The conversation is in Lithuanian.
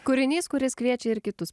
kūrinys kuris kviečia ir kitus